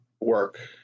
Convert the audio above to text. work